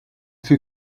fut